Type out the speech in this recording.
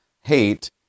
hate